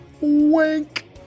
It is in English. Wink